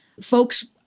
Folks